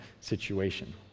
situation